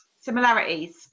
similarities